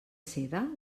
seda